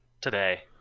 today